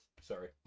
Sorry